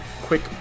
quick